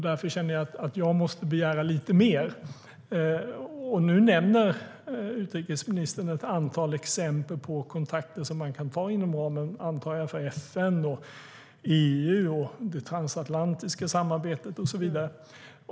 Därför känner jag att jag måste begära lite mer. Nu nämner utrikesministern ett antal exempel på kontakter som man kan ta inom ramen för, antar jag, FN, EU, det transatlantiska samarbetet och så vidare.